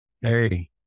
Hey